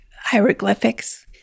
hieroglyphics